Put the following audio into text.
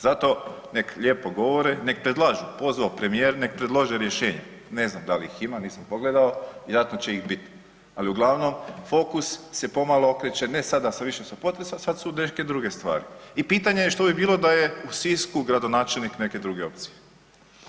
Zato nek lijepo govore, nek predlažu, pozvao premijer nek predlože rješenja, ne znam dal ih ima nisam pogledao, vjerojatno će ih bit, ali uglavnom fokus se pomalo okreće ne sada sa više sa potresa sad su neke druge stvari i pitanje je što bi bilo da je u Sisku gradonačelnik neke druge opcije.